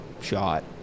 shot